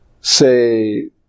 say